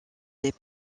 des